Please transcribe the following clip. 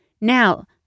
now